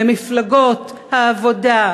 למפלגות העבודה,